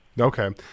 Okay